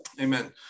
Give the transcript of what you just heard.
Amen